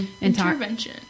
intervention